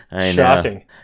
Shocking